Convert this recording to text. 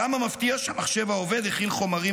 כמה מפתיע שהמחשב האובד הכיל חומרים